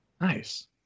Nice